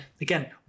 again